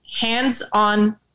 hands-on